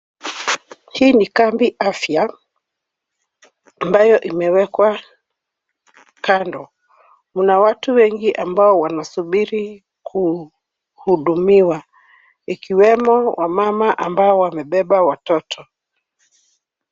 Hii ni kambi ya afya ambayo imewekwa kando. Mna watu wengi ambao wanasubiri kuhudumiwa, ikiwemo wamama ambao wamebeba watoto.